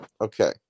Okay